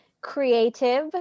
creative